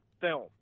film